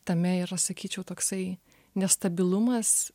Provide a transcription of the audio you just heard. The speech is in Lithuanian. tame yra sakyčiau toksai nestabilumas